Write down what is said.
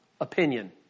opinion